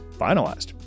finalized